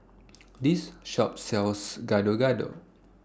This Shop sells Gado Gado